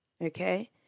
Okay